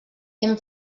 hem